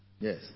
Yes